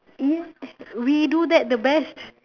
we do that the best